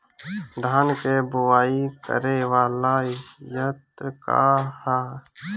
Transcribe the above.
धान के बुवाई करे वाला यत्र का ह?